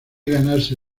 ganarse